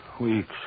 Weeks